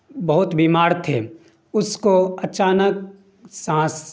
بہت بیمار تھے اس کو اچانک سانس